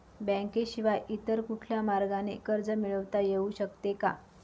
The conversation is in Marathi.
बँकेशिवाय इतर कुठल्या मार्गाने कर्ज मिळविता येऊ शकते का?